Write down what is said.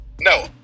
no